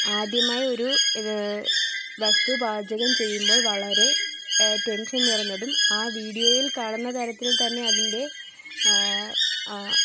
ആദ്യമായി ഒരു ഇത് വസ്തു പാചകം ചെയ്യുമ്പോള് വളരെ ടെന്ഷന് നിറഞ്ഞതും ആ വീഡിയോയില് കാണുന്ന തരത്തില്ത്തന്നെ അതിന്റെ